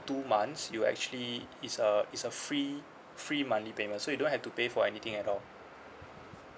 two months you actually it's a it's a free free money payment so you don't have to pay for anything at all